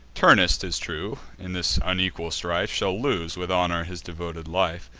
turnus, t is true, in this unequal strife, shall lose, with honor, his devoted life,